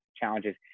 challenges